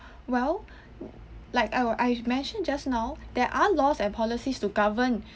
well like I I mentioned just now there are laws and policies to govern